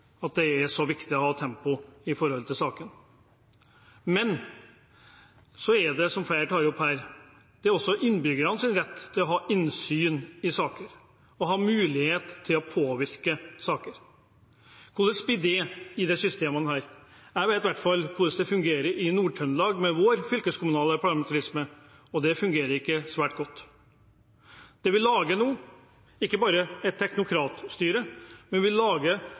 i forhold til saken. Men så dreier det seg også om, som flere tar opp her, innbyggernes rett til å ha innsyn i saker, til å ha mulighet til å påvirke saker. Hvordan blir det i disse systemene? Jeg vet i hvert fall hvordan det fungerer i Nord-Trøndelag med vår fylkeskommunale parlamentarisme. Det fungerer ikke svært godt. Det vi lager nå, er ikke bare et teknokratstyre, men